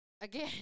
again